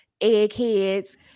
eggheads